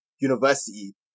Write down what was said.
university